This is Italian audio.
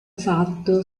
fatto